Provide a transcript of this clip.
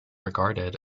regarded